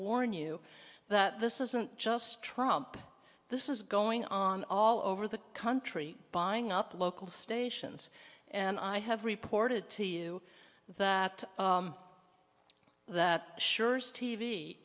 warn you that this isn't just trump this is going on all over the country buying up local stations and i have reported to you that that